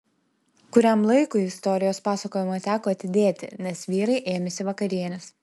kuriam laikui istorijos pasakojimą teko atidėti nes vyrai ėmėsi vakarienės